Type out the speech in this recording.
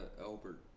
Albert